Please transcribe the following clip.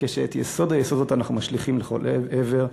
כשאת יסוד היסודות אנחנו משליכים לכל עבר?